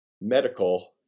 medical